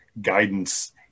guidance